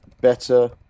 better